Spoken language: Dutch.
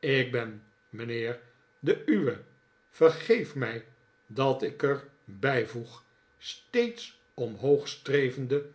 ik ben mijnheer de uwe vergeef mij dat ik er bijvoeg steeds omhoogstrevende